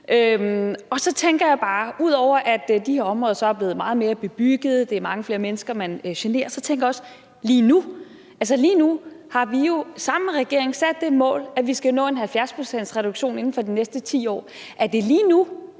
46 år er det nu. Ud over at de her områder er blevet meget mere bebyggede, at det er mange flere mennesker, man generer, så tænker jeg også: lige nu? Altså lige nu har vi jo sammen med regeringen sat det mål, at vi skal nå en 70-procentsreduktion inden for de næste 10 år. Er det lige nu,